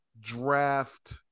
draft